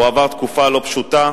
הוא עבר תקופה לא פשוטה.